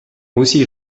aussi